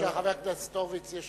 חבר הכנסת הורוביץ, בבקשה.